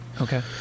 Okay